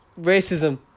Racism